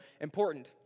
important